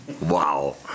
Wow